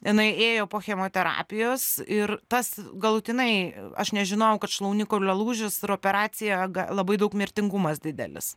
jinai ėjo po chemoterapijos ir tas galutinai aš nežinojau kad šlaunikaulio lūžis ir operacija ga labai daug mirtingumas didelis